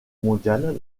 mondiale